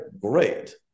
great